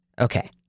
Okay